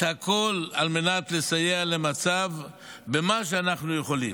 הכול על מנת לסייע למצב במה שאנחנו יכולים.